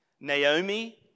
Naomi